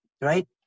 right